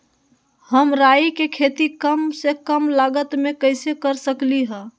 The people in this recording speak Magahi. हम राई के खेती कम से कम लागत में कैसे कर सकली ह?